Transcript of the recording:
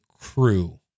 crew